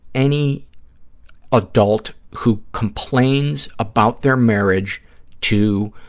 any adult who complains about their marriage to